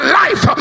life